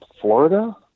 Florida